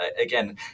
again